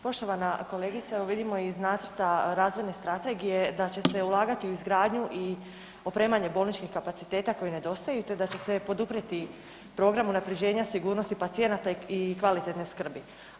Poštovana kolegice, evo vidimo iz nacrta Razvojne strategije da će se ulagati u izgradnju i opremanje bolničkih kapaciteta koji nedostaju te da će se poduprijeti program unaprjeđenja sigurnosti pacijenata i kvalitetne skrbi.